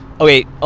okay